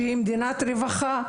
שהיא מדינת רווחה,